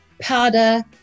powder